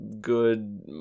good